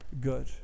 good